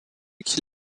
qui